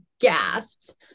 gasped